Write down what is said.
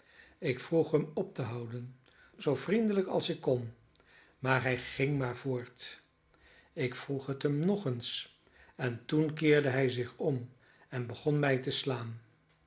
ik vroeg hem op te houden zoo vriendelijk als ik kon maar hij ging maar voort ik vroeg het hem nog eens en toen keerde hij zich om en begon mij te slaan